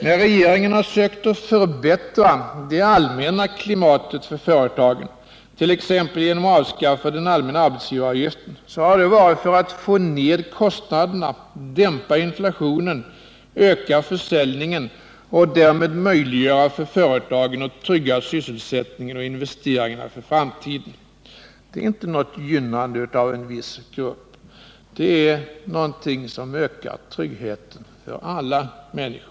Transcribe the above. När regeringen sökt förbättra det allmänna klimatet för företagen, t.ex. genom att avskaffa den allmänna arbetsgivaravgiften, så har det varit för att få ned kostnaderna, dämpa inflationen, öka försäljningen och därmed möjliggöra för företagen att trygga sysselsättningen och investeringarna för framtiden. Det är inte något gynnande av en viss grupp. Det är något som ökar tryggheten för alla människor.